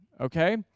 okay